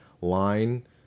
line